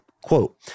Quote